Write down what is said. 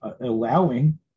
allowing